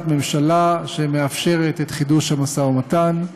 ממשלה שמאפשרת את חידוש המשא-ומתן.